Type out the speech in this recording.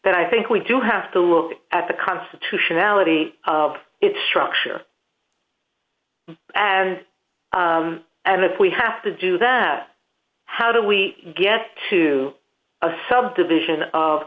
then i think we do have to look at the constitutionality of its structure and and if we have to do that how do we get to a subdivision of